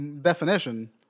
definition